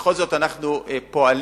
בכל זאת אנחנו פועלים.